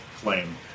claim